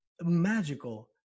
magical